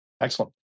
Excellent